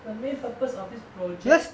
the main purpose of this project